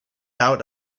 out